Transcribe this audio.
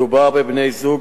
מדובר בבני-זוג,